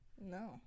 No